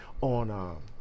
on